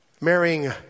marrying